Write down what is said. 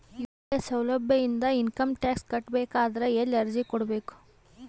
UPI ಸೌಲಭ್ಯ ಇಂದ income tax ಕಟ್ಟಬೇಕಾದರ ಎಲ್ಲಿ ಅರ್ಜಿ ಕೊಡಬೇಕು?